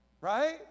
right